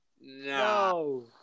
No